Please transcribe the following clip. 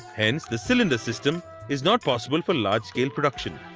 hence, the cylinder system is not possible for large production.